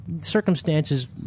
Circumstances